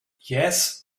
yes